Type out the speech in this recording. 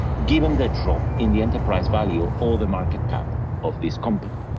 given the drop in the enterprise value or the market cap of this company.